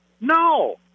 No